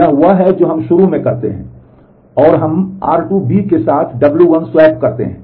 यह वह है जो हम शुरू करते हैं और हम r2 के साथ w1 स्वैप करते हैं